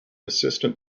assistant